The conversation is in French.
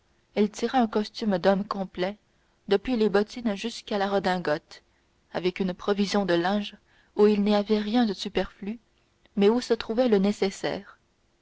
elle tira un costume d'homme complet depuis les bottines jusqu'à la redingote avec une provision de linge où il n'y avait rien de superflu mais où se trouvait le nécessaire